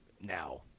now